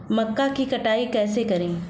मक्का की कटाई कैसे करें?